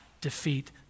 defeat